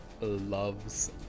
loves